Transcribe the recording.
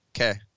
Okay